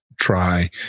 try